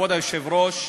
כבוד היושב-ראש,